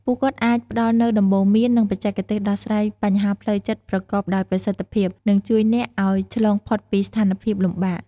ពួកគាត់អាចផ្ដល់នូវដំបូន្មាន និងបច្ចេកទេសដោះស្រាយបញ្ហាផ្លូវចិត្តប្រកបដោយប្រសិទ្ធភាព និងជួយអ្នកឱ្យឆ្លងផុតពីស្ថានភាពលំបាក។